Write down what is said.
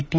T